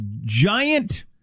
giant